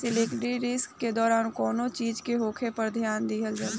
liquidity risk के दौरान कौनो चीज के होखे पर ध्यान दिहल जाला